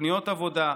תוכניות עבודה,